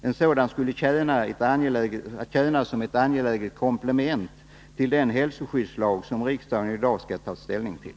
En sådan skulle enligt min uppfattning tjäna som ett angeläget komplement till den hälsoskyddslag som riksdagen i dag skall ta ställning till.